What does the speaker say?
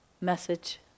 message